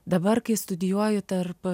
dabar kai studijuoju tarp